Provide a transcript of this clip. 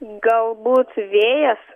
galbūt vėjas